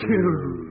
Kill